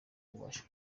ubasha